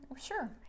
sure